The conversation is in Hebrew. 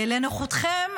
לנוחותכם,